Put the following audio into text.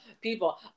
people